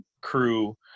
crew